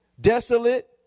desolate